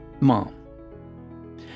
mom